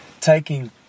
taking